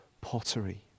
pottery